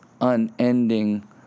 unending